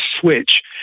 switch